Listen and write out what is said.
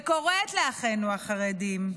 וקוראת לאחינו החרדים: